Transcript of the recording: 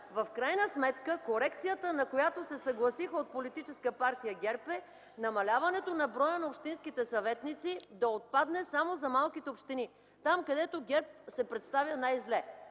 В крайна сметка корекцията, на която се съгласиха от Политическа партия ГЕРБ, е намаляването на броя на общинските съветници да отпадне само за малките общини - там, където ГЕРБ се представя най-зле.